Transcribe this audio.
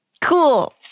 cool